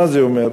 מה זה אומר?